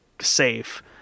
safe